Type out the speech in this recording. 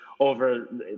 over